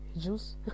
juice